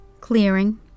clearing